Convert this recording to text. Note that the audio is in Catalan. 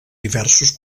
diversos